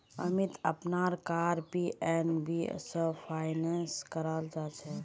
अमीत अपनार car PNB स finance करालछेक